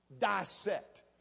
dissect